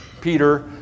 Peter